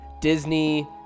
Disney